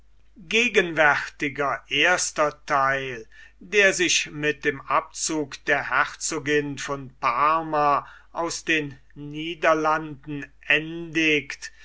gegenwärtiger erster theil der sich mit dem abzug der herzogin von parma aus den niederlanden endigt